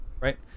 right